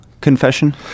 Confession